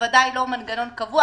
בוודאי לא מנגנון קבוע.